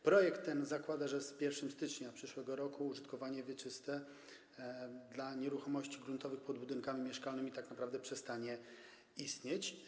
Projekt ten zakłada, że z dniem 1 stycznia przyszłego roku użytkowanie wieczyste dla nieruchomości gruntowych pod budynkami mieszkalnymi tak naprawdę przestanie istnieć.